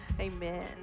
Amen